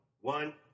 one